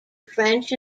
french